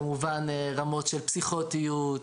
רמות של פסיכוטיות,